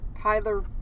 Tyler